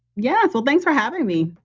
yeah, so thanks for having me.